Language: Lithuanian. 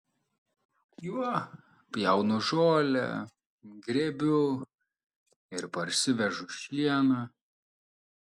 juo pjaunu žolę grėbiu ir parsivežu šieną